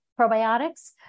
probiotics